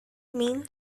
mean